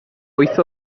wyth